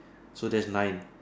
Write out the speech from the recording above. so that's nine